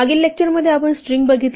मागील लेक्चर मध्ये आपण स्ट्रिंग बघितली